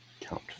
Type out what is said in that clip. Count